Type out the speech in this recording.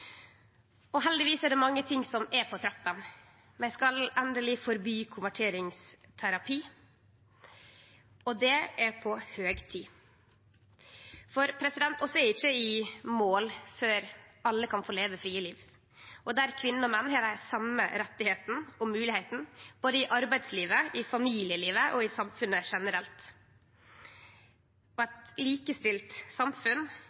Heldigvis er det mange ting som er på trappene. Vi skal endeleg forby konverteringsterapi, og det er på høg tid. For vi er ikkje i mål før alle kan få leve frie liv der kvinner og menn har dei same rettane og moglegheitene både i arbeidslivet, i familielivet og i samfunnet generelt. Eit likestilt samfunn